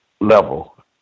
level